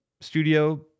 studio